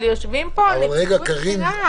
אבל יושבת פה נציגות בכירה.